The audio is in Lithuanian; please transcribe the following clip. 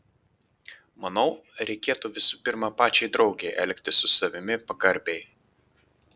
manau reikėtų visų pirma pačiai draugei elgtis su savimi pagarbiai